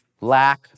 lack